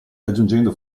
aggiungendo